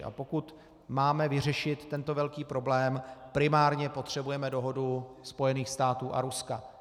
A pokud máme vyřešit tento velký problém, primárně potřebujeme dohodu Spojených států a Ruska.